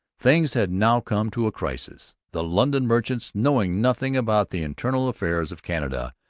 things had now come to a crisis. the london merchants, knowing nothing about the internal affairs of canada,